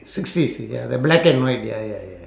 sixties ya the black and white ya ya ya